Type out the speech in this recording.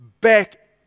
back